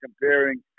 comparing